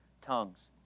tongues